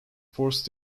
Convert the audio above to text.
forced